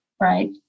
right